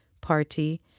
party